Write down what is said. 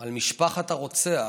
על משפחת הרוצח,